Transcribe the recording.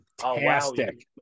fantastic